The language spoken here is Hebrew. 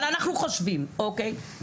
אבל אנחנו חושבים, אוקיי?